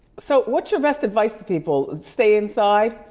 so, what's your best advice to people? stay inside?